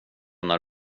när